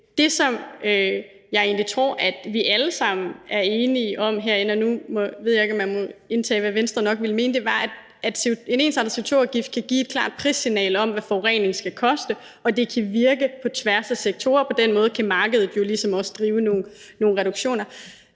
Det, som jeg egentlig tror at vi alle sammen herinde er enige om – og nu ved jeg ikke, om man må antage, hvad Venstre nok ville mene – er, at en ensartet CO2-afgift kan give et klart prissignal om, hvad forureningen skal koste, og at det kan virke på tværs af sektorer. På den måde kan markedet jo ligesom også drive nogle reduktioner.